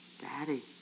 Daddy